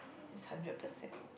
is hundred percent